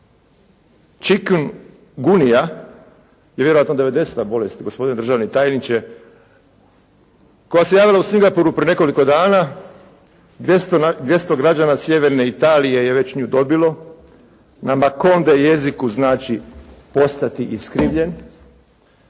Chicken gunija je vjerojatno devedeseta bolest gospodine državni tajniče koja se javila u Singapuru prije nekoliko dana. 200 građana sjeverne Italije je već nju dobilo. Na makonde jeziku znači “postati iskrivljen“.